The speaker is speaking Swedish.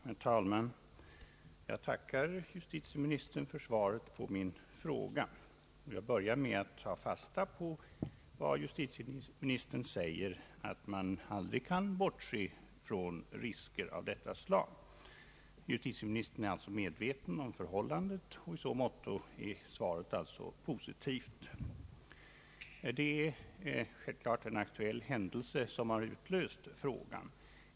Herr talman! Jag tackar justitieministern för svaret på min fråga. Jag börjar med att ta fasta på vad justitieministern säger, nämligen att man aldrig kan bortse från risker av detta slag. Justitieministern är alltså medveten om förhållandet, och i så måtto är svaret positivt. Det är självklart en aktuell händelse som utlöst frågan.